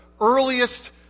earliest